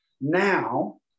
Now